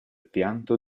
pianto